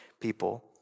people